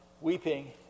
weeping